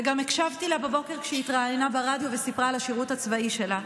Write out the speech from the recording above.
וגם הקשבתי לה בבוקר כשהיא התראיינה ברדיו וסיפרה על השירות הצבאי שלה.